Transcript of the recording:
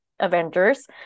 Avengers